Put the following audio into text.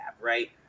Right